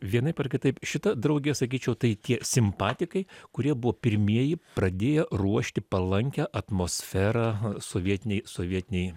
vienaip ar kitaip šita drauge sakyčiau tai tie simpatikai kurie buvo pirmieji pradėjo ruošti palankią atmosferą sovietinei sovietinei